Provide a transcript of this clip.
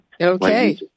Okay